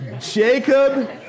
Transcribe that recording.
Jacob